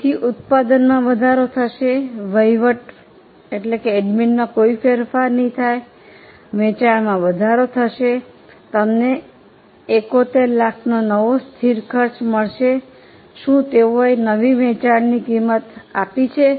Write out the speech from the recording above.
તેથી ઉત્પાદનમાં વધારો થશે વહીવટીમાં કોઈ ફેરફાર નહીં થાય વેચાણમાં વધારો થશે તમને 7100000 નો નવો સ્થિર ખર્ચ મળશે શું તેઓએ નવી વેચાણની કિંમત આપી છે